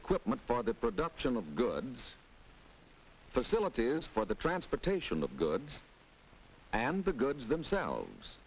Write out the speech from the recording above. equipment for the production of goods facilities for the transportation of goods and the goods themselves